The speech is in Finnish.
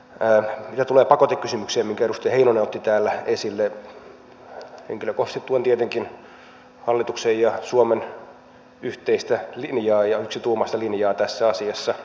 mitä tulee pakotekysymykseen minkä edustaja heinonen otti täällä esille henkilökohtaisesti tuen tietenkin hallituksen ja suomen yhteistä linjaa ja yksituumaista linjaa tässä asiassa